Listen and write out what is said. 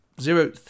zero